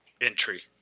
entry